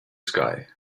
sky